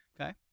Okay